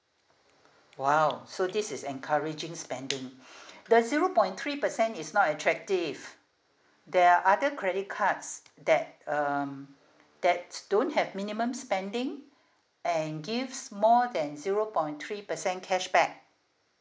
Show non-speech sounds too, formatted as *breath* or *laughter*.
!wow! so this is encouraging spending *breath* the zero point three percent is not attractive there are other credit cards that um that don't have minimum spending and gives more than zero point three percent cashback